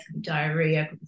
diarrhea